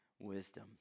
wisdom